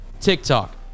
TikTok